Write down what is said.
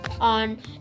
on